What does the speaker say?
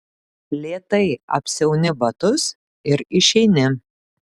lėtai apsiauni batus ir išeini